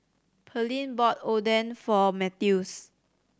Pearline bought Oden for Mathews